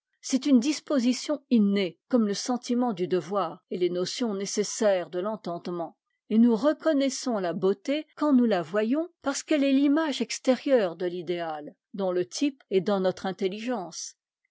c'est une disposition innée comme le sentiment du devoir et les notions nécessaires de l'entendement et nous reconnaissons la beauté quand nous la voyons parce qu'elle est l'image extérieure de t'idéa dont le type est dans notre intelligence